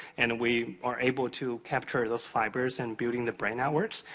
and we are able to capture those fibers and building the brain networks,